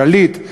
לשליט,